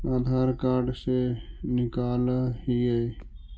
आधार card से निकाल हिऐ?